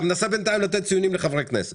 אתה מנסה בינתיים לתת ציונים לחברי הכנסת.